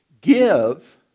give